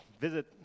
visit